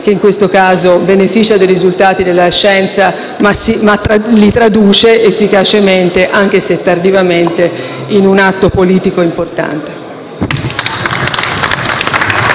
che, in questo caso, beneficia dei risultati della scienza, ma li traduce efficacemente, anche se tardivamente, in un atto politico importante*.